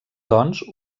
doncs